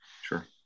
sure